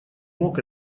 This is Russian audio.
мог